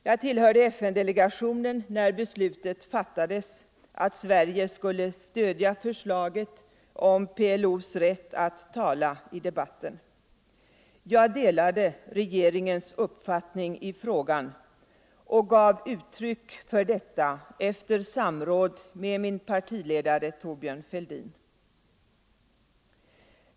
Jag tillhörde FN-delegationen när beslutet fattades att Sverige skulle stödja förslaget om PLO:s rätt att tala i debatten. Jag delade regeringens uppfattning i frågan och gav uttryck för detta efter samråd med min partiledare, Thorbjörn Fälldin.